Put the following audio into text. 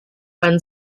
when